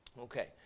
Okay